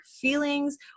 feelings